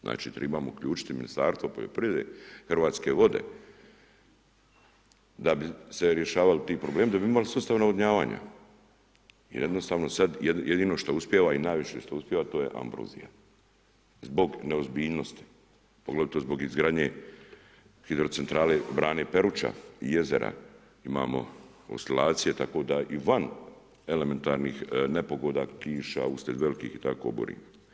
Znači trebamo uključiti Ministarstvo poljoprivrede, Hrvatske vode da bi se rješavali ti problemi, da bi mi imali sustav navodnjavanja jer jednostavno sad jedino što uspijeva i najviše što uspijeva to je ambrozija zbog neozbiljnosti, poglavito zbog izgradnje hidrocentrale Brane Peruča i jezera, imamo oscilacije tako da i van elementarnih nepogoda, kiša, uslijed velikih i tako oborina.